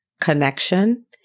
connection